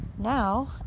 Now